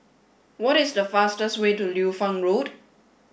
what is the fastest way to Liu Fang Road